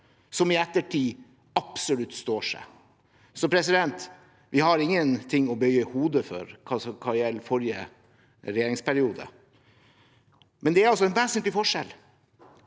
som i ettertid absolutt står seg. Vi har ingenting å bøye hodet for hva gjelder forrige regjeringsperiode. Det er altså en vesentlig forskjell: